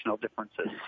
differences